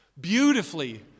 beautifully